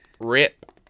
Rip